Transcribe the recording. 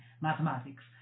mathematics